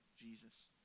Jesus